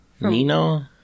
Nino